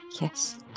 Yes